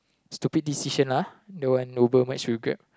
stupid decision lah Uber merge with Grab